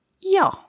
Ja